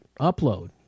Upload